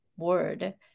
word